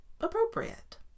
appropriate